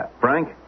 Frank